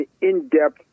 in-depth